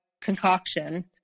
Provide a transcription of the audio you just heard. concoction